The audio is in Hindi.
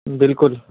बिल्कुल